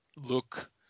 look